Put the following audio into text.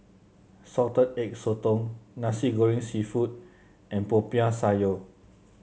Salted Egg Sotong Nasi Goreng seafood and Popiah Sayur